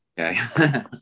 okay